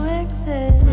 exist